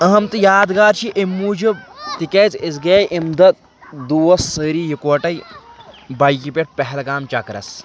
أہم تہٕ یادگار چھےٚ اَمہِ موٗجوٗب تِکیٛازِ أسی گٔیاے امہِ دۅہ دوس سٲرِی یِکوَٹے بایکہِ پٮ۪ٹھ پہلگام چَکرس